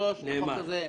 מה זה?